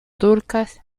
turcas